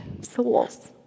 souls